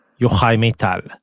yochai maital.